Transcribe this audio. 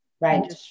Right